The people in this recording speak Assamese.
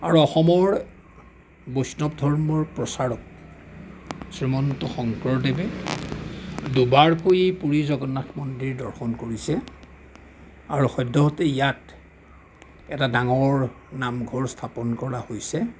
আৰু অসমৰ বৈষ্ণৱ ধৰ্মৰ প্ৰচাৰক শ্ৰীমন্ত শংকৰদেৱে দুবাৰকৈ পুৰী জগন্নাথ মন্দিৰ দৰ্শন কৰিছে আৰু সদ্যহতে ইয়াত এটা ডাঙৰ নামঘৰ স্থাপন কৰা হৈছে